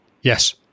Yes